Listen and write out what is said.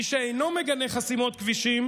מי שאינו מגנה חסימות כבישים